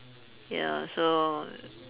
ya so